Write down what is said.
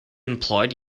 employed